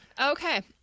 Okay